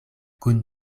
kun